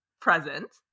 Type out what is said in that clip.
present